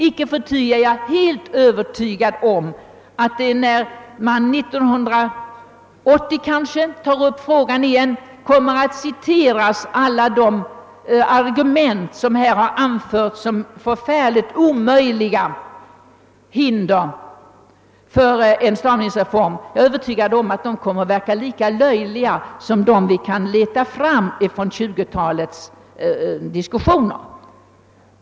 Icke förty är jag helt övertygad om att när man — kanske 1980 — tar upp frågan igen och citerar alla de argument, som här har anförts som oöverkomliga hinder för en stavningsreform, kommer dessa att verka lika löjliga som de vi kan leta fram från 1920-talets diskussioner.